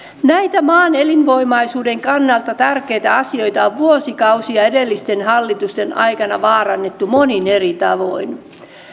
näitä maan elinvoimaisuuden kannalta tärkeitä asioita on vuosikausia edellisten hallitusten aikana vaarannettu monin eri tavoin